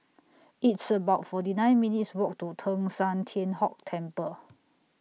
It's about forty nine minutes' Walk to Teng San Tian Hock Temple